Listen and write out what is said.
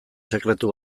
sekretu